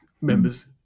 members